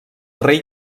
rei